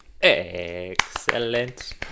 Excellent